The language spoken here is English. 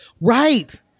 Right